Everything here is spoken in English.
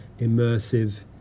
immersive